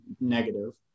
negative